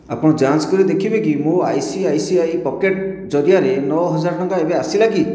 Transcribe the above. ଆପଣ ଯାଞ୍ଚ କରି ଦେଖିବେକି ମୋ I C I C I pocket ଜରିଆରେ ନଅହଜାର ଟଙ୍କା ଏବେ ଆସିଲାକି